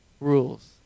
Rules